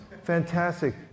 Fantastic